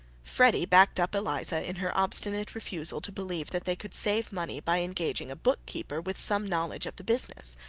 freddy backed up eliza in her obstinate refusal to believe that they could save money by engaging a bookkeeper with some knowledge of the business.